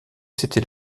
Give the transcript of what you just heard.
c’était